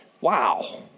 Wow